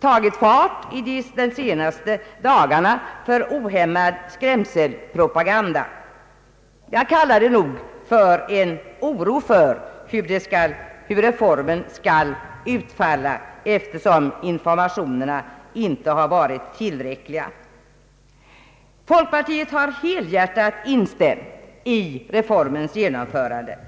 tagit fart under de senaste dagarna för ohämmad skrämselpropaganda. Jag kallar det en oro för hur reformen skall utfalla, eftersom informationerna inte varit tillräckliga. Folkpartiet har helhjärtat ställt sig bakom reformens genomförande.